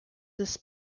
this